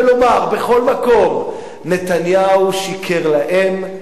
ולומר בכל מקום: נתניהו שיקר להם,